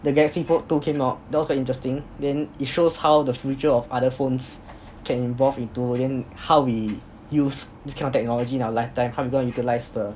the galaxy note two came out that was quite interesting then it shows how the future of other phones can involve into then how we use this kind of technology in our lifetime how we gonna utilise the